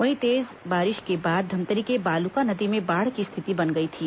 वहीं तेज बारिश के बाद धमतरी के बालुका नदी में बाढ़ की स्थिति बन गई थी